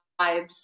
vibes